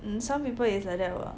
mm some people is like that [what]